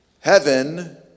Heaven